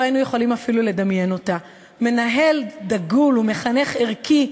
היינו יכולים אפילו לדמיין אותה: מנהל דגול וערכי,